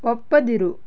ಒಪ್ಪದಿರು